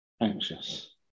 anxious